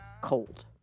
Cold